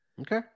Okay